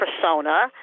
persona